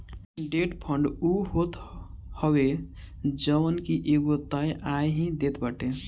debt fund उ होत हवे जवन की एगो तय आय ही देत बाटे